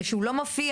שתש"ן היא לא נושא